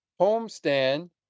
homestand